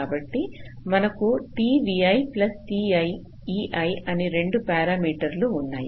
కాబట్టి మనకు t plus t అనే 2 పారామిట్ర్లుఉన్నాయి